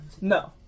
No